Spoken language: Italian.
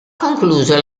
concluso